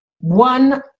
One